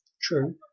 True